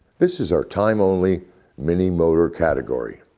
this is our time only mini motor category.